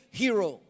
hero